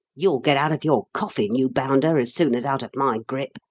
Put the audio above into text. you'll get out of your coffin, you bounder, as soon as out of my grip.